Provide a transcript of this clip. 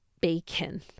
bacon